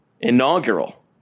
inaugural